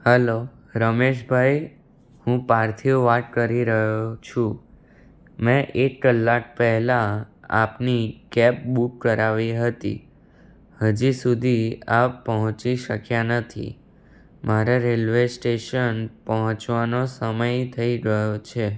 hello Rameshbhai હું પાર્થિવ વાત કરી રહ્યો છું મેં એક કલાક પહેલા આપની કેબ બૂક કરાવી હતી હજી સુધી આપ પહોંચી શક્યા નથી મારે રેલ્વે સ્ટેશન પહોંચવાનો સમય થઈ ગયો છે